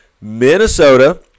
Minnesota